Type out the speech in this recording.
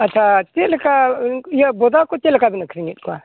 ᱟᱪᱪᱷᱟ ᱪᱮᱫ ᱞᱮᱠᱟ ᱤᱭᱟᱹ ᱵᱚᱫᱟ ᱠᱚ ᱪᱮᱫ ᱞᱮᱠᱟ ᱵᱤᱱ ᱟᱹᱠᱷᱨᱤᱧᱮᱫ ᱠᱚᱣᱟ